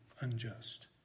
unjust